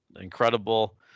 incredible